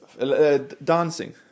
dancing